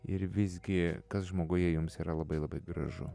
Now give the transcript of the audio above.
ir visgi kas žmoguje jums yra labai labai gražu